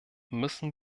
müssen